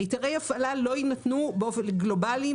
היתרי הפעלה לא יינתנו באופן גלובלי,